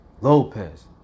Lopez